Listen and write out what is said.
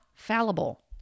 Fallible